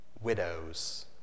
widows